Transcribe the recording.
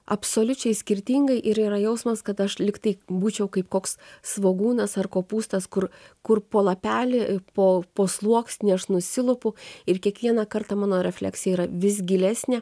absoliučiai skirtingai ir yra jausmas kad aš lyg tai būčiau kaip koks svogūnas ar kopūstas kur kur po lapelį po po sluoksnį aš nusilupu ir kiekvieną kartą mano refleksija yra vis gilesnė